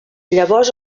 llavors